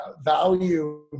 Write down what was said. value